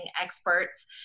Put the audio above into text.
experts